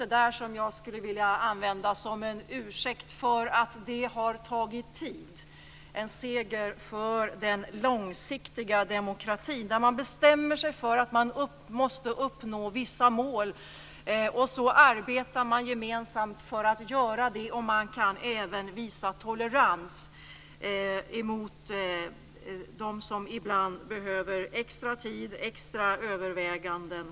Det är väl just det jag skulle vilja använda som en ursäkt för att det har tagit tid - en seger för den långsiktiga demokratin. Man bestämmer sig för att man måste uppnå vissa mål och så arbetar man gemensamt för att göra det. Man kan även visa tolerans mot dem som ibland behöver extra tid och kanske extra överväganden.